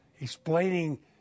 explaining